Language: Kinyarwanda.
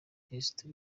kristo